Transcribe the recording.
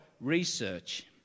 research